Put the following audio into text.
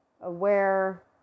aware